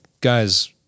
guy's